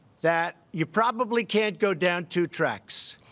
that you probably can't go down two tracks.